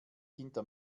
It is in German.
hinter